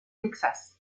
texas